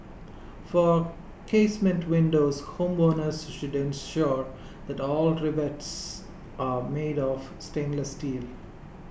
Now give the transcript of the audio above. for casement windows homeowners should ensure that all rivets are made of stainless steel